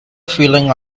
feeling